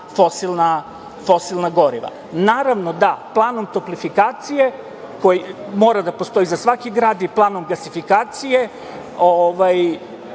fosilna goriva. Naravno da planom toplifikacije koji mora da postoji za svaki grad i planom gasifikacije